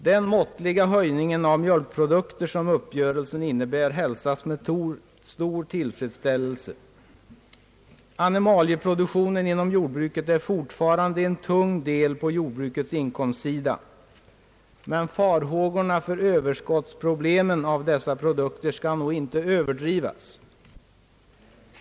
Den måttliga höjning av priserna på mjölkprodukter som uppgörelsen innebär hälsas med stor tillfredsställelse. Animalieproduktionen inom jordbruket är fortfarande en tung del på jordbrukets inkomstsida. Men farhågorna för överskottsproblem i fråga om dessa produkter skall nog inte överdrivas.